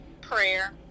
prayer